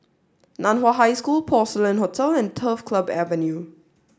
Nan Hua High School Porcelain Hotel and Turf Club Avenue